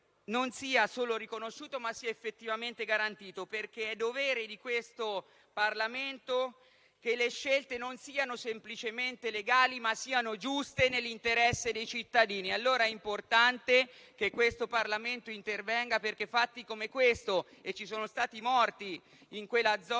non sia solo riconosciuto, ma sia effettivamente garantito, perché è dovere del Parlamento fare in modo che le scelte non siano semplicemente legali, ma che siano giuste e nell'interesse dei cittadini. È dunque importante che il Parlamento intervenga, perché fatti come questo - ci sono stati morti in quella zona